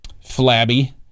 flabby